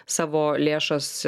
savo lėšas